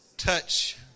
Touch